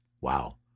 Wow